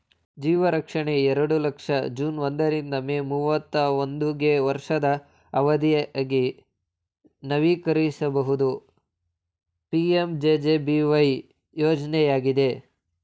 ಜೀವರಕ್ಷಣೆ ಎರಡು ಲಕ್ಷ ಜೂನ್ ಒಂದ ರಿಂದ ಮೇ ಮೂವತ್ತಾ ಒಂದುಗೆ ವರ್ಷದ ಅವಧಿಗೆ ನವೀಕರಿಸಬಹುದು ಪಿ.ಎಂ.ಜೆ.ಜೆ.ಬಿ.ವೈ ಯೋಜ್ನಯಾಗಿದೆ